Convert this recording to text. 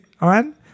on